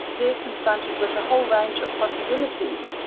they are confronted with a whole range of possibilities,